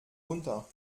runter